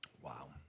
Wow